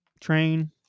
train